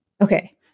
Okay